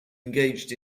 engaged